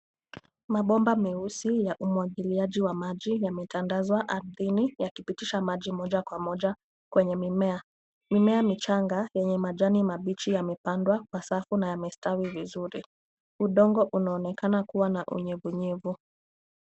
Mabomba meusi ya umwagiliaji wa maji yametandazwa ardhini, yakipitisha maji moja kwa moja kwenye mimea. Mimea michanga yenye majani mabichi yamepandwa kwa safu na yamestawi vizuri. Udongo unaonekana kuwa na unyevunyevu.